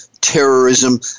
terrorism